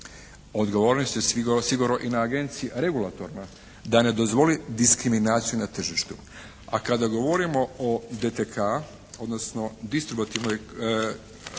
Odgovornost je sigurno i na agenciji regulatorna. Da ne dozvoli diskriminaciju na tržištu. A kada govorimo o DTK odnosno distributivnoj